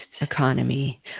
economy